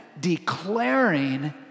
declaring